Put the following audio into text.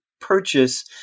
purchase